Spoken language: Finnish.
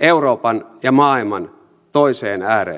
euroopan ja maailman toiseen ääreen